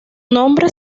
nombre